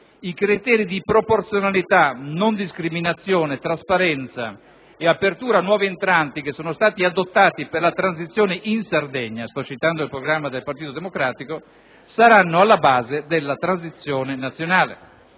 «i criteri di proporzionalità, non discriminazione, trasparenza e apertura a nuovi entranti che sono stati adottati per la transizione in Sardegna» - sto citando il programma del Partito Democratico - «saranno alla base della transizione nazionale».